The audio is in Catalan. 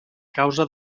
causa